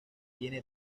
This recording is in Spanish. tiene